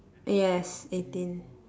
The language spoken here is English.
yes eighteen